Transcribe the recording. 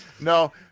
No